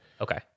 Okay